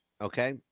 okay